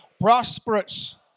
prosperous